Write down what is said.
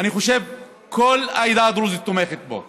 אני חושב שכל העדה הדרוזית תומכת בו.